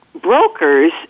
brokers